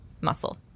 muscle